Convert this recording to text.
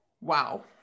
Wow